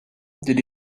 did